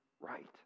right